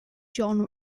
jon